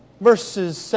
verses